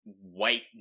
White